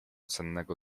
sennego